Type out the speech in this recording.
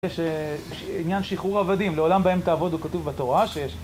יש עניין שחרור עבדים, לעולם בהם תעבוד הוא כתוב בתורה ש..